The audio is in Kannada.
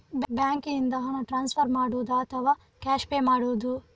ಬ್ಯಾಂಕಿನಿಂದ ಹಣ ಟ್ರಾನ್ಸ್ಫರ್ ಮಾಡುವುದ ಅಥವಾ ಕ್ಯಾಶ್ ಪೇ ಮಾಡುವುದು?